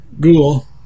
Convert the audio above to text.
google